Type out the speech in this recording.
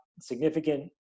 significant